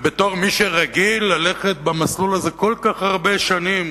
בתור מי שרגיל ללכת במסלול הזה כל כך הרבה שנים,